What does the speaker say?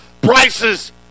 prices